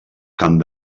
camp